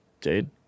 Jade